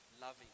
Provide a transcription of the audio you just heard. loving